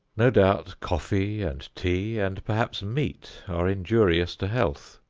no doubt coffee and tea, and perhaps meat, are injurious to health.